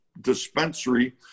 dispensary